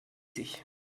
sich